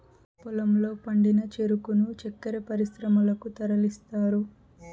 పొలంలో పండిన చెరుకును చక్కర పరిశ్రమలకు తరలిస్తారు